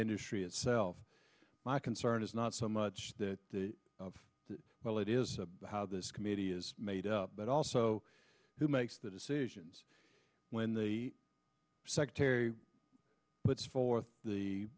industry itself my concern is not so much that well it is a how this committee is made up but also who makes the decisions when the secretary but for the